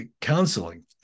counseling